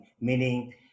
meaning